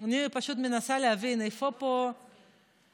אני פשוט מנסה להבין איפה פה ההיגיון.